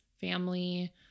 family